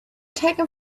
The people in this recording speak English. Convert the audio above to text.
taken